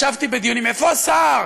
ישבתי בדיונים, איפה השר?